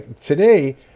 Today